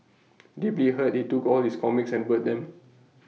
deeply hurt he took all his comics and burnt them